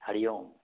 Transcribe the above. Hari Om